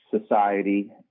society